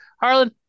Harlan